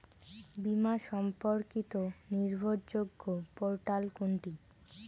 বীমা সম্পর্কিত নির্ভরযোগ্য পোর্টাল কোনটি?